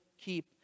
keep